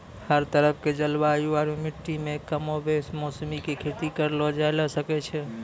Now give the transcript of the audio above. हर तरह के जलवायु आरो मिट्टी मॅ कमोबेश मौसरी के खेती करलो जाय ल सकै छॅ